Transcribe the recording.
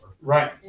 Right